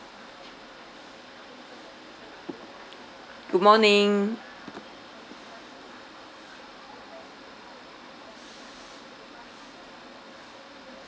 good morning